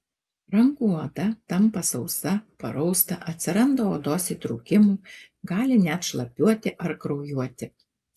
rankų oda tampa sausa parausta atsiranda odos įtrūkimų gali net šlapiuoti ar kraujuoti